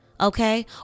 Okay